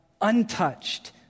untouched